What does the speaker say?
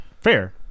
Fair